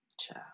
Ciao